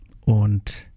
Und